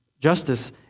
justice